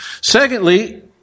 Secondly